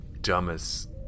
dumbest